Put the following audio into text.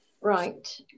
Right